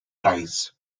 ties